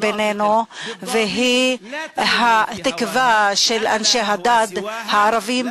בינינו והיא התקווה של אנשי הדת הערבים.